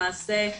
למעשה,